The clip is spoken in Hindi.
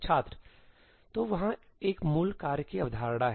छात्र तो वहाँ एक मूल कार्य की अवधारणा है